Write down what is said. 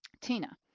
Tina